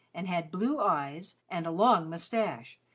and had blue eyes and a long moustache,